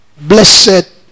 blessed